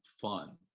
fun